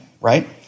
right